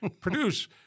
Produce